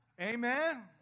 Amen